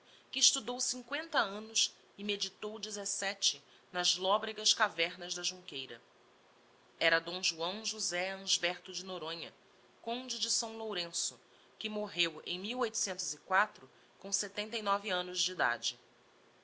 que estudou cincoenta annos e meditou dezesete nas lobregas cavernas da junqueira era d joão josé ansberto de noronha conde de s lourenço que morreu em com setenta annos de idade